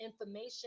information